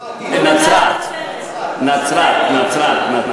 התמודדה בנצרת-עילית, נָצְרַת.